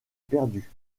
perdu